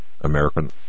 American